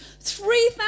Three